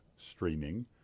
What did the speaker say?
streaming